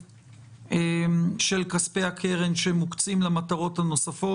של כספי הקרן שמוקצים למטרות הנוספות.